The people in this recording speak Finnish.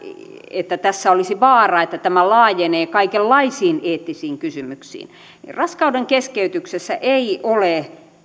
että tässä olisi vaara että tämä laajenee kaikenlaisiin eettisiin kysymyksiin niin raskaudenkeskeytyksessä ei ole